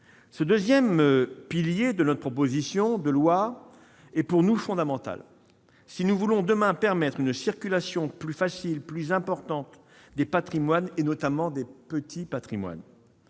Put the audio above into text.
Ce deuxième pilier de notre proposition de loi est fondamental si nous voulons, demain, permettre une circulation plus aisée, plus importante des patrimoines, notamment des petits patrimoines.